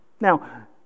Now